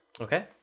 Okay